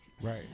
Right